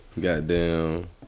Goddamn